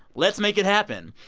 let's make it happen.